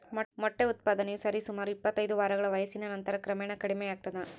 ಮೊಟ್ಟೆ ಉತ್ಪಾದನೆಯು ಸರಿಸುಮಾರು ಇಪ್ಪತ್ತೈದು ವಾರಗಳ ವಯಸ್ಸಿನ ನಂತರ ಕ್ರಮೇಣ ಕಡಿಮೆಯಾಗ್ತದ